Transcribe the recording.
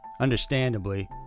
Understandably